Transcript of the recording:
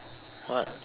what